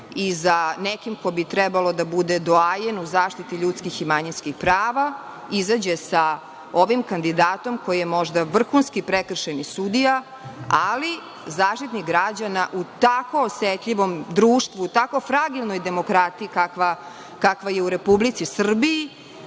i za nekim ko bi trebalo da bude doajen u zaštiti ljudskih i manjinskih prava izađe sa ovim kandidatom, koji je možda vrhunski prekršajni sudija, ali zaštitnik građana u tako osetljivom društvu, u tako fragilnoj demokratiji kakva je u Republici Srbiji,